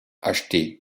acheté